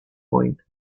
point